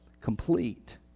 complete